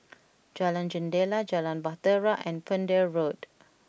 Jalan Jendela Jalan Bahtera and Pender Road